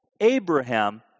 Abraham